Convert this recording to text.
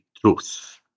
truth